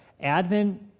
Advent